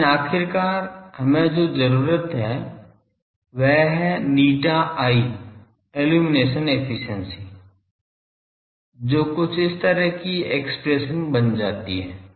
लेकिन आखिरकार हमें जो जरूरत है वह है ηi इल्लुमिनेशन एफिशिएंसी जो कुछ इस तरह की एक्सप्रेशन बन जाती है